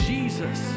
Jesus